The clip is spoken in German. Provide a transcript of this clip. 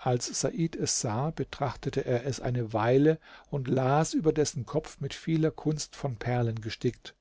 als said es sah betrachtete er es eine weile und las über dessen kopf mit vieler kunst von perlen gestickt